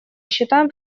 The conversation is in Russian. считаем